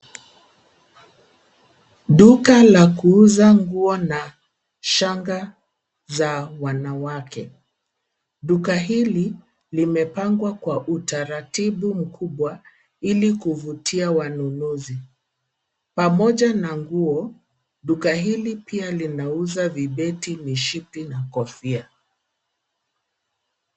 Duka la kuuza nguo na shanga za wanawake. Duka hili limepangwa kwa utaratibu mkubwa hili kuvutia wanunuzi. Pamoja na nguo, duka hili pia linauza vibeti, mishipi, na kofia.